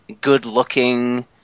good-looking